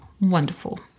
wonderful